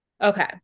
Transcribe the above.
Okay